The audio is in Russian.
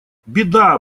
беда